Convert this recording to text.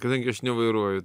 kadangi aš nevairuoju